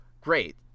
great